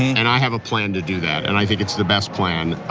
and i have a plan to do that, and i think it's the best plan.